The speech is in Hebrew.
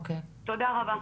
תודה רבה.